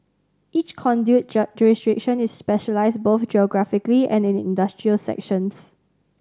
each conduit jurisdiction is specialised both geographically and in industrial sections